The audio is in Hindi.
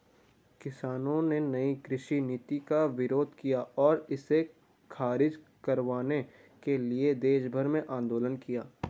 किसानों ने नयी कृषि नीति का विरोध किया और इसे ख़ारिज करवाने के लिए देशभर में आन्दोलन किया